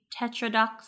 tetradox